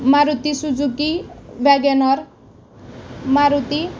Maruti Suzuki WagonR Maruti